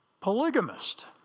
polygamist